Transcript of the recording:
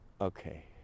Okay